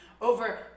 over